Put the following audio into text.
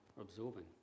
absorbing